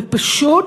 ופשוט